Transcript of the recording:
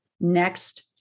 next